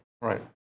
Right